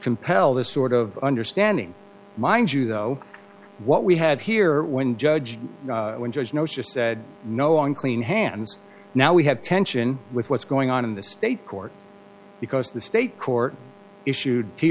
compel this sort of understanding mind you though what we had here when judge when judge notes just said no on clean hands now we have tension with what's going on in the state court because the state court issued t